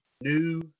new